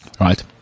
Right